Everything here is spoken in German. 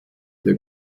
der